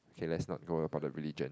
okay let's not go about the religion